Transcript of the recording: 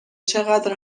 چقدر